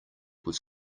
was